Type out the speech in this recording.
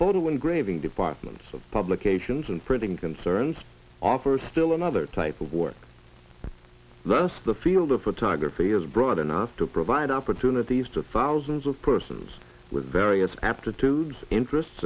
photo wingrave in departments of publications and printing concerns offer still another type of work thus the field of photography is broad enough to provide opportunities to followers of persons with various aptitudes interests